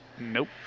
Nope